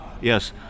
yes